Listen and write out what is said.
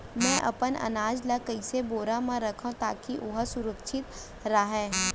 मैं अपन अनाज ला कइसन बोरा म रखव ताकी ओहा सुरक्षित राहय?